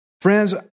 Friends